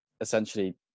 essentially